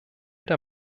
der